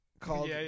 called